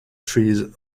trees